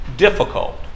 difficult